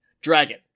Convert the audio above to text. Dragon